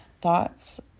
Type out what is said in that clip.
thoughts